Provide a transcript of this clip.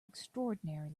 extraordinary